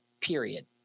Period